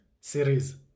series